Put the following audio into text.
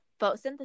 photosynthesis